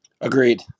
Agreed